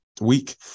week